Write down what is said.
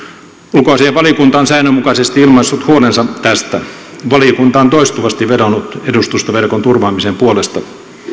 ulkoasiainvaliokunta on säännönmukaisesti ilmaissut huolensa tästä valiokunta on toistuvasti vedonnut edustustoverkon turvaamisen puolesta